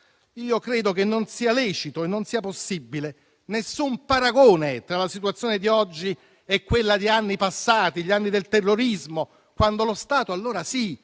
Credo che non sia lecito e non sia possibile alcun paragone tra la situazione di oggi e quella degli anni passati, gli anni del terrorismo, quando lo Stato - allora sì